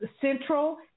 Central